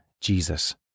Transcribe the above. Jesus